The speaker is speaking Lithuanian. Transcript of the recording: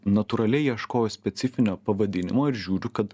natūraliai ieškojau specifinio pavadinimo ir žiūriu kad